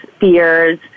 fears